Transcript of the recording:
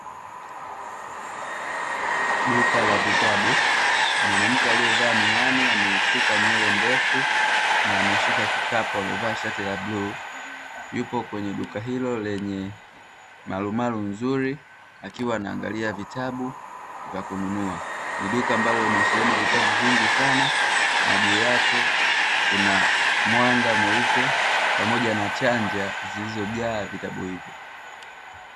Duka la vitabu, mwanamke aliyevaa miwani amesuka nywele ndefu na ameshika kikapu amevaa shati la bluu yupo kwenye duka hilo lenye malumalu nzuri akiwa anaangalia vitabu vya kununua, ni duka ambalo limesheheni vitabu vingi sana na juu yake kuna mwanga mweupe pamoja na chanja zilizojaa vitabu hivyo.